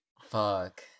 Fuck